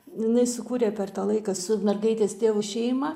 jinai sukūrė per tą laiką su mergaitės tėvu šeimą